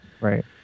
Right